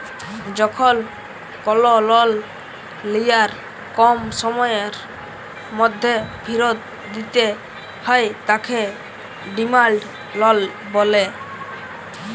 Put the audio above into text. যখল call loan লিয়ার কম সময়ের ম্যধে ফিরত দিতে হ্যয় তাকে ডিমাল্ড লল ব্যলে